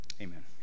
amen